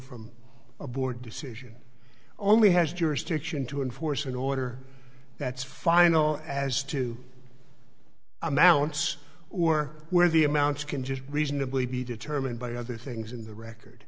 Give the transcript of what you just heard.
from a board decision only has jurisdiction to enforce an order that's final as to amounts or where the amounts can just reasonably be determined by other things in the record